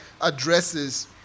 addresses